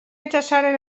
itsasoaren